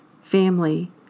Family